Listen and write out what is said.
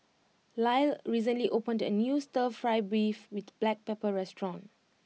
Lyle recently opened a new Stir Fry Beef with Black Pepper restaurant